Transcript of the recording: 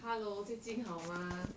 哈喽最近好吗